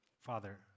Father